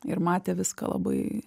ir matė viską labai